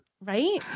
right